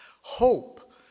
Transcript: hope